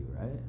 right